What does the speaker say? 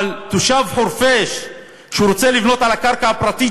אבל תושב חורפיש שרוצה לבנות על הקרקע הפרטית